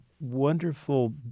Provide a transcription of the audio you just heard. wonderful